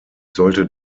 sollte